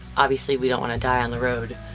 obviously we don't wanna die on the road,